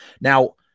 Now